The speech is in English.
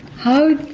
how,